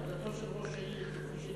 עמדתו של ראש העיר צריכה